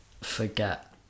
forget